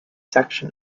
section